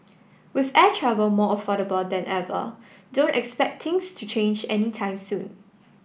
with air travel more affordable than ever don't expect things to change any time soon